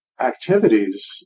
activities